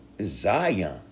Zion